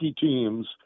teams